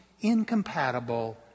incompatible